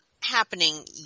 happening